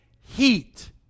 heat